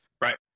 Right